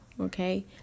okay